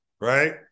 right